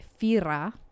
Fira